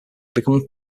become